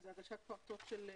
הגשת פרטה של האפוטרופוס.